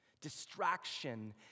distraction